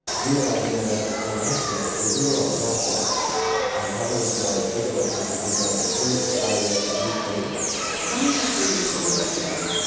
realizing that or rationing. we're here. we are rationing and having to decide who gets the test and who doesn't, who is high risk and who is low risk how many tests were you able to order today?